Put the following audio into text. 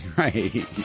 right